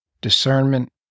discernment